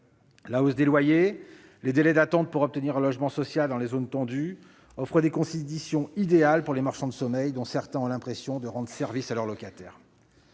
La hausse des loyers et les délais d'attente pour obtenir un logement social dans les zones tendues offrent des conditions idéales aux marchands de sommeil, dont certains ont l'impression de rendre service à leurs locataires